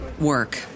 work